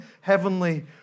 heavenly